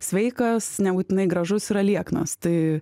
sveikas nebūtinai gražus yra lieknas tai